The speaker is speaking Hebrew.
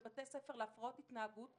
לבתי ספר להפרעות התנהגות,